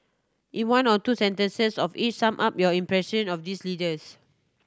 in one or two sentences of each sum up your impression of these leaders